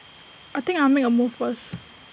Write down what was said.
I think I'll make A move first